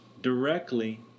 directly